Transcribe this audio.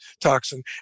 toxin